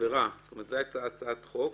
עבירה זאת אומרת, היתה הצעת חוק